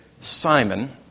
Simon